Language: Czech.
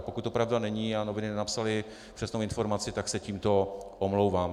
Pokud to pravda není a noviny nenapsaly přesnou informaci, tak se tímto omlouvám.